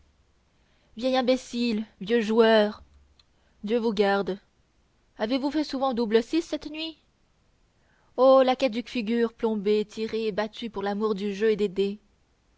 vieil imbécile vieux joueur dieu vous garde avez-vous fait souvent double six cette nuit oh la caduque figure plombée tirée et battue pour l'amour du jeu